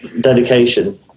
dedication